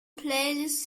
playlist